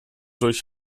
durch